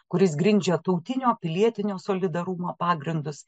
kuris grindžia tautinio pilietinio solidarumo pagrindus